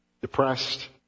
depressed